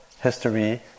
history